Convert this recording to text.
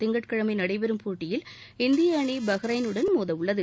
திங்கட் கிழமை நடைபெறும் போட்டியில் இந்திய அணி பஹ்ரைனுடன் மோதவுள்ளது